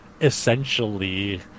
essentially